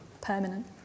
permanent